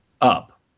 up